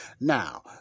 Now